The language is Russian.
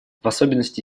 особенности